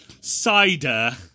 cider